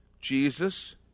Jesus